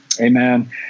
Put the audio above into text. Amen